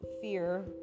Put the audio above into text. fear